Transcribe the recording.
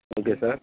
okay sir